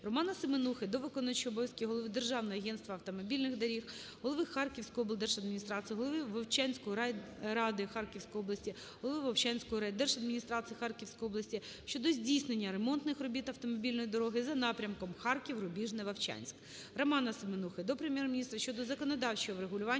РоманаСеменухи до виконуючого обов'язки голови Державного агентства автомобільних доріг України, голови Харківської облдержадміністрації, голови Вовчанської райради Харківській області, голови Вовчанської райдержадміністрації Харківської області щодо здійснення ремонтних робіт автомобільної дороги за напрямком Харків-Рубіжне-Вовчанськ. РоманаСеменухи до Прем'єр-міністра щодо законодавчого врегулювання